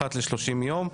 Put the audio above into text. אחת ל-30 יום.